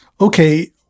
Okay